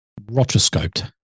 Rotoscoped